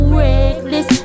reckless